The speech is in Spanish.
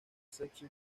sexo